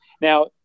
Now